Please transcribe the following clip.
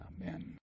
Amen